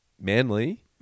Manly